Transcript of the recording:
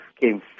came